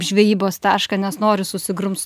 žvejybos tašką nes nori susigrums